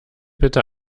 bitte